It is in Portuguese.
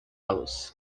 los